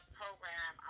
program